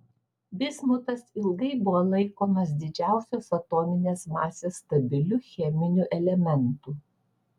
bismutas ilgai buvo laikomas didžiausios atominės masės stabiliu cheminiu elementu